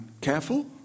careful